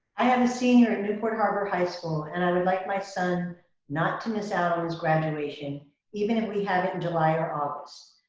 i have a senior at newport harbor high school and i would like my son not to miss out on his graduation even if we have july or august.